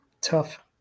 Tough